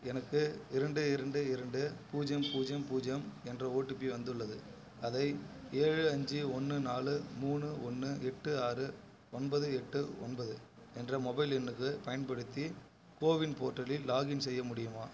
எனக்கு இரண்டு இரண்டு இரண்டு பூஜ்ஜியம் பூஜ்ஜியம் பூஜ்ஜியம் என்ற ஓடிபி வந்துள்ளது அதை ஏழு அஞ்சு ஒன்று நாலு மூணு ஒன்று எட்டு ஆறு ஒன்பது எட்டு ஒன்பது என்ற மொபைல் எண்ணுக்குப் பயன்படுத்தி கோவின் போர்ட்டலில் லாக்இன் செய்ய முடியுமா